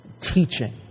teaching